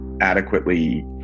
adequately